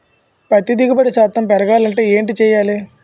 పత్తి దిగుబడి శాతం పెరగాలంటే ఏంటి చేయాలి?